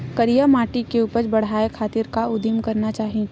करिया माटी के उपज बढ़ाये खातिर का उदिम करना चाही?